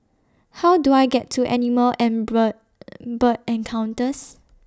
How Do I get to Animal and Bird Bird Encounters